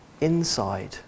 inside